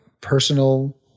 personal